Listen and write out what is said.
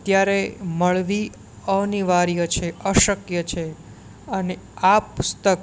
અત્યારે મળવી અનિવાર્ય છે અશક્ય છે અને આ પુસ્તક